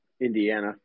Indiana